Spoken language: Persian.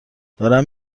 دارم